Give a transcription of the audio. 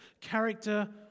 Character